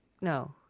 No